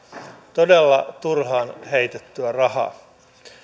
todella turhaan heitettyä rahaa